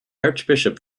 archbishop